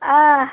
ஆ